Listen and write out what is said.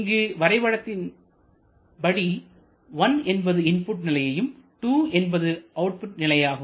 இங்கு வரைபடத்தின்படி 1 என்பது இன்புட் நிலையும் 2 என்பது அவுட்புட் நிலையாகும்